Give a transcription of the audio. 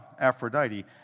Aphrodite